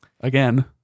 again